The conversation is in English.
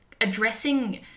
addressing